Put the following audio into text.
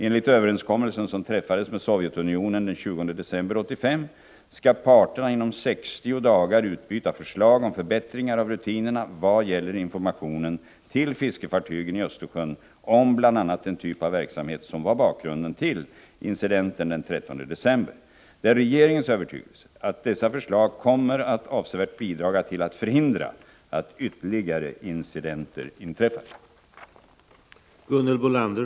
Enligt den överenskommelse som träffades med Sovjetunionen den 20 december 1985 skall parterna inom 60 dagar utbyta förslag om förbättringar av rutinerna vad gäller informationen till fiskefartygen i Östersjön om bl.a. den typ av verksamhet som var bakgrunden till incidenten den 13 december. Det är regeringens övertygelse att dessa förslag kommer att avsevärt bidra till att förhindra att ytterligare incidenter inträffar.